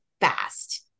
fast